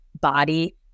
body